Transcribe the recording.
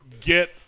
get